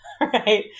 Right